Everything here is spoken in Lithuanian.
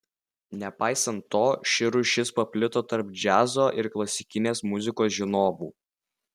nepaisant to ši rūšis paplito tarp džiazo ir klasikinės muzikos žinovų